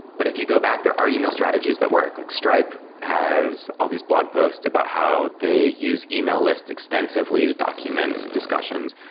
but if you go back, there are email strategies that work. like stripe has all these blog posts about how they use email lists extensively to documents, discussions.